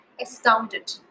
astounded